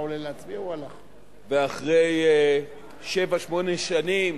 ואחרי שבע-שמונה שנים